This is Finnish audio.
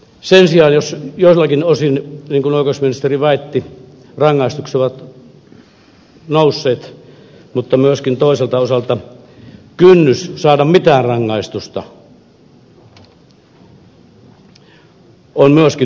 sen sijaan jos joiltakin osin niin kuin oikeusministeri väitti rangaistukset ovat nousseet niin toiselta osalta kynnys saada mitään rangaistusta on myöskin noussut